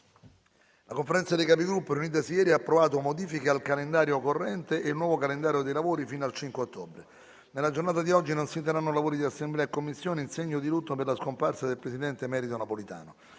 La Conferenza dei Capigruppo, riunitasi ieri, ha approvato modifiche al calendario corrente e il nuovo calendario dei lavori fino al 5 ottobre. Nella giornata di oggi non si terranno lavori di Assemblea e Commissioni in segno di lutto per la scomparsa del presidente emerito Napolitano.